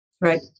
Right